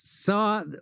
Saw